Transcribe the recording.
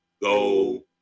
Go